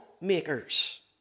makers